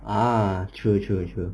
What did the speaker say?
ah sure sure sure